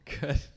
Good